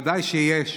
ודאי שיש,